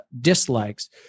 dislikes